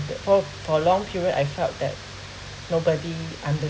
the pro~ prolonged period I felt that nobody